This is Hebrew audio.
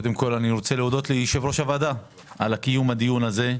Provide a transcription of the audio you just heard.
אני רוצה להודות ליושב ראש הוועדה על קיום הדיון הזה.